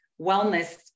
wellness